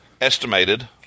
Estimated